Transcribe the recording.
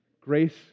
Grace